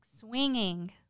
swinging